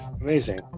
Amazing